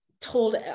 told